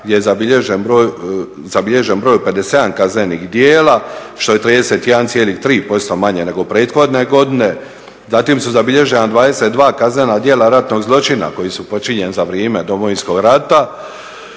gdje je zabilježen broj od 57 kaznenih djela, što je 31,3% manje nego prethodne godine. Zatim su zabilježena 22 kaznena djela ratnog zločina koji su počinjeni za vrijeme Domovinskog rata